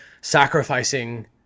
sacrificing